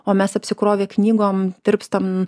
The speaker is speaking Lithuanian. o mes apsikrovę knygom tirpstam